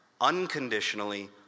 unconditionally